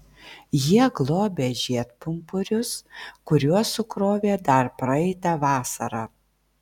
jie globia žiedpumpurius kuriuos sukrovė dar praeitą vasarą